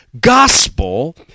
gospel